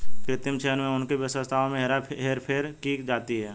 कृत्रिम चयन में उनकी विशेषताओं में हेरफेर की जाती है